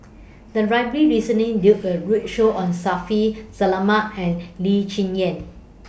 The Library recently did A roadshow on Shaffiq Selamat and Lee Cheng Yan